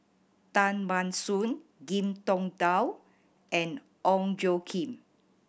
Tan Ban Soon Ngiam Tong Dow and Ong Tjoe Kim